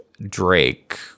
Drake